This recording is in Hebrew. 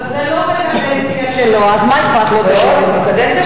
אבל זה לא בקדנציה שלו, אז מה אכפת לו, תגידי לי?